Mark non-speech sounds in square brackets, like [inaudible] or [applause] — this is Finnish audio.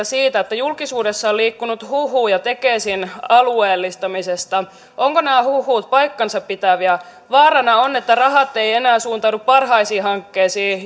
[unintelligible] siitä kun julkisuudessa on liikkunut huhuja tekesin alueellistamisesta ovatko nämä huhut paikkansapitäviä vaarana on että rahat eivät enää suuntaudu parhaisiin hankkeisiin [unintelligible]